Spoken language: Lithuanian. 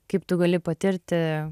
kaip tu gali patirti